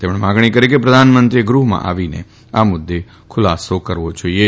તેમણે માગણી કરી હતી કે પ્રધાનમંત્રીએ ગૃહમાં આવીને આ મુદ્દે ખુલાસો કરવો જાઇએ